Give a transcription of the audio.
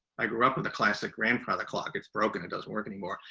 i grew up with a classic grandfather clock. it's broken. it doesn't work anymore,